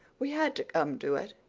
we had to come to it.